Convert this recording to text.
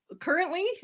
currently